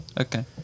Okay